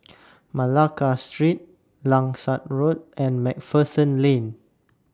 Malacca Street Langsat Road and MacPherson Lane